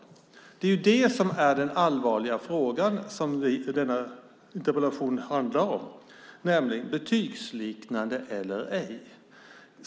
Det är denna allvarliga fråga som denna interpellation handlar om, det vill säga betygsliknande eller ej.